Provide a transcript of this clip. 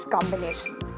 combinations